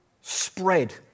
Spread